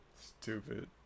Stupid